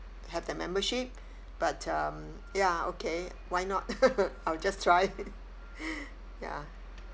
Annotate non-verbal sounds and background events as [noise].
have the membership but um ya okay why not [laughs] I'll just try [laughs] ya